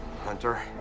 Hunter